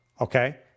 Okay